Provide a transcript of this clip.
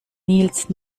nils